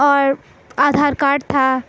اور آدھار کارڈ تھا